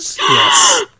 Yes